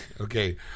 Okay